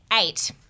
eight